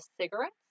cigarettes